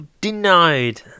denied